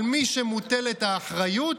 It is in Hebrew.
על מי שמוטלת האחריות,